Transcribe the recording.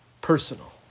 personal